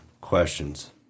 questions